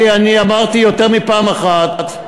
אני אמרתי יותר מפעם אחת: